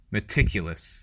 Meticulous